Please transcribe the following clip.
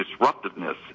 disruptiveness